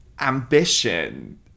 ambition